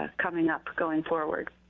coming up going forward.